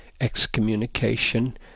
excommunication